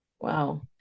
Wow